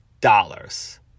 dollars